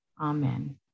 Amen